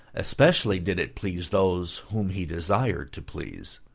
especially did it please those whom he desired to please.